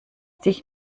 dich